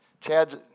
Chad's